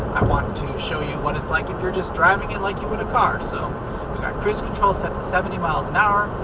i want to show you what it's like if you're just driving it like you would a car. so i've got cruise control set to seventy mph,